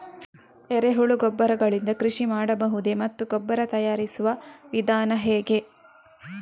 ಎರೆಹುಳು ಗೊಬ್ಬರ ಗಳಿಂದ ಕೃಷಿ ಮಾಡಬಹುದೇ ಮತ್ತು ಗೊಬ್ಬರ ತಯಾರಿಸುವ ವಿಧಾನ ಹೇಗೆ?